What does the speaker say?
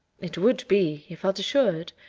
it would be, he felt assured,